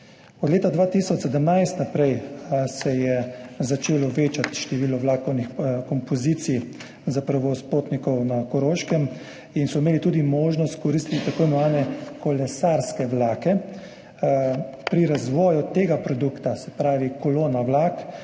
Od leta 2017 naprej se je začelo večati število vlakovnih kompozicij za prevoz potnikov na Koroškem in so imeli možnost koristiti tudi tako imenovane kolesarske vlake. Pri razvoju tega projekta, se pravi S kolesom na vlak,